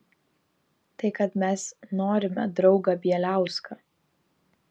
tai kad mes norime draugą bieliauską